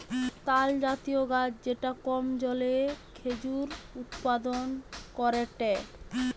তালজাতীয় গাছ যেটা কম জলে খেজুর উৎপাদন করেটে